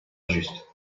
juste